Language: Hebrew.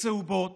וצהובות